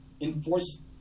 enforce